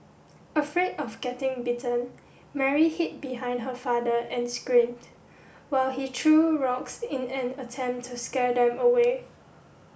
afraid of getting bitten Mary hid behind her father and screamed while he threw rocks in an attempt to scare them away